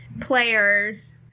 players